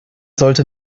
sollte